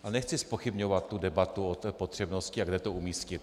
A nechci zpochybňovat tu debatu o potřebnosti a kde to umístit.